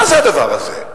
מה זה הדבר הזה?